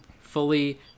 fully